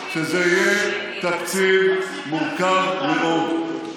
שזה יהיה תקציב מורכב מאוד,